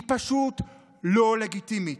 היא פשוט לא לגיטימית.